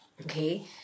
okay